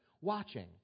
watching